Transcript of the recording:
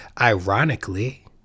ironically